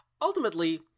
Ultimately